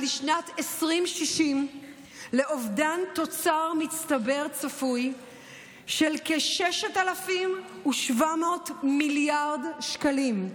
שנת 2060 לאובדן תוצר מצטבר צפוי של כ-6,700 מיליארד שקלים,